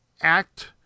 act